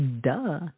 Duh